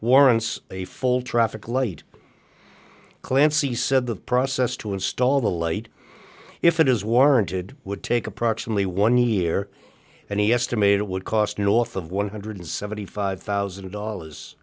warrants a full traffic light clancy said the process to install the light if it is warranted would take approximately one year and he estimated would cost north of one hundred and seventy five thousand dollars